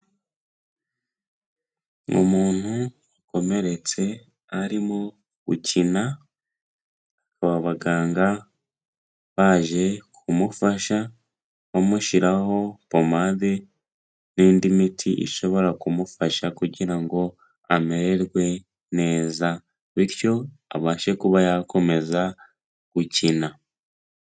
Umuntu wakomeretse arimo gukina, aba baganga baje kumufasha bamushyiraho pomande n'indi miti ishobora kumufasha kugira ngo amererwe neza, bityo abashe kuba yakomeza gukina.